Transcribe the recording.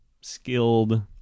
skilled